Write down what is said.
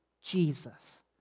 Jesus